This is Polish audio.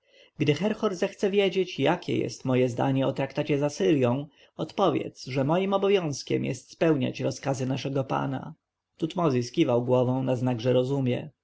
gdy herhor zechce wiedzieć jakie jest moje zdanie o traktacie z asyrją odpowiedz że moim obowiązkiem jest spełniać rozkazy naszego pana tutmozis kiwał głową na znak że rozumie